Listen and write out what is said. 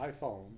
iphone